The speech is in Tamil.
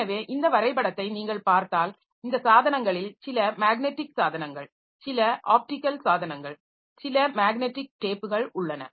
எனவே இந்த வரைபடத்தை நீங்கள் பார்த்தால் இந்த சாதனங்களில் சில மேக்னடிக் சாதனங்கள் சில ஆப்டிகல் சாதனங்கள் சில மேக்னடிக் டேப்கள் உள்ளன